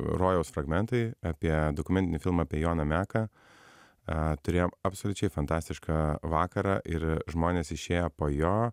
rojaus fragmentai apie dokumentinį filmą apie joną meką turėjom absoliučiai fantastišką vakarą ir žmonės išėję po jo